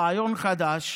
רעיון חדש,